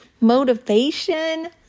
motivation